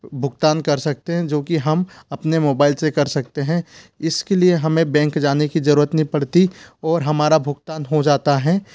भुगतान कर सकते हैं जोकि हम अपने मोबाइल से कर सकते हैं इसके लिए हमें बेंक जाने की जरूरत नहीं पड़ती और हमारा भुगतान हो जाता है